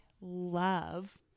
love